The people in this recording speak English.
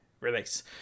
release